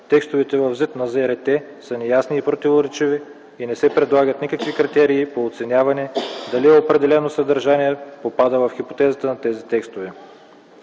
и телевизията са неясни и противоречиви и не се предлагат никакви критерии при оценяване дали определено съдържание попада в хипотезата на тези текстове.